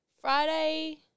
Friday